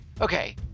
Okay